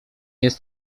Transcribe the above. jest